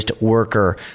worker